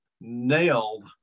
nailed